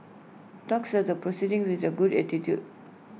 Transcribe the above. talks are the proceeding with A good attitude